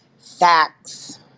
Facts